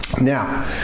Now